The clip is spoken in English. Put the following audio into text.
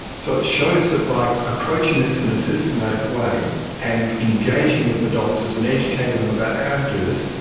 so it shows that by approaching this in a systematic way and engaging with the doctors and educating them about how to do this,